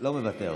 לא מוותר.